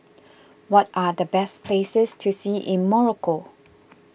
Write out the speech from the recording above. what are the best places to see in Morocco